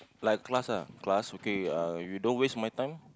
like class lah class okay ah you don't waste my time